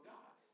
God